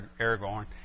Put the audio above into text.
Aragorn